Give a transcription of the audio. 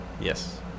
Yes